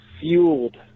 fueled